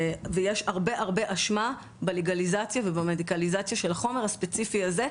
ויש הרבה-הרבה אשמה בלגליזציה ובמדיקליזציה של החומר הספציפי הזה,